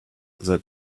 that